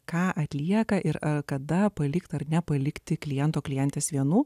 ką atlieka ir kada palikti ar nepalikti kliento klientės vienų